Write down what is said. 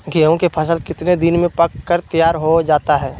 गेंहू के फसल कितने दिन में पक कर तैयार हो जाता है